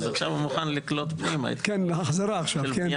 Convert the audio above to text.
אז עכשיו הוא מוכן לקלוט פנימה את הבנייה והשיכון.